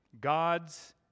God's